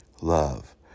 love